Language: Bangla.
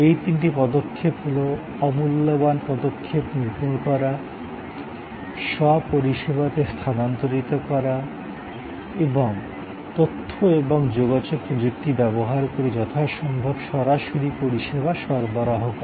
এই তিনটি পদক্ষেপ হল অমূল্যবান পদক্ষেপ নির্মূল করা স্ব পরিষেবাতে স্থানান্তরিত করা এবং তথ্য এবং যোগাযোগ প্রযুক্তি ব্যবহার করে যথাসম্ভব সরাসরি পরিষেবা সরবরাহ করা